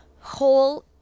Whole